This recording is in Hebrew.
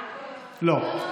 לא.